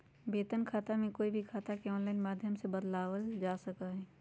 वेतन खाता में कोई भी खाता के आनलाइन माधम से ना बदलावल जा सका हई